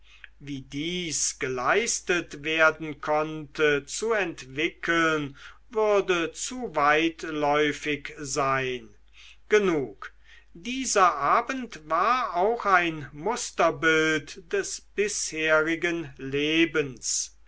wie dies geleistet werden konnte zu entwickeln würde zu weitläufig sein genug dieser abend war auch ein musterbild des bisherigen lebens